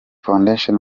foundation